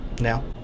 now